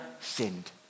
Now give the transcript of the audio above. sinned